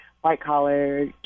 white-collar